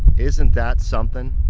isn't that something?